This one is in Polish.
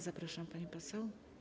Zapraszam, pani poseł.